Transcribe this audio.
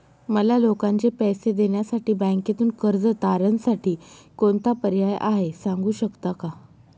मला लोकांचे पैसे देण्यासाठी बँकेतून कर्ज तारणसाठी कोणता पर्याय आहे? सांगू शकता का?